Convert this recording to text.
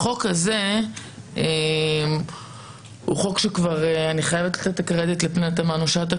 החוק הזה הוא חוק שאני חייבת לתת את הקרדיט בו לפנינה תמנו שטה,